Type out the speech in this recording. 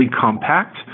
compact